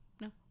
No